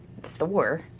Thor